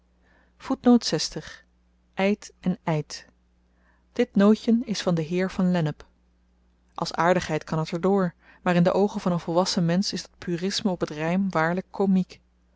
ijd en eit dit nootjen is van den heer van lennep als aardigheid kan het er door maar in de oogen van n volwassen mensch is dat purisme op t rym waarlyk komiek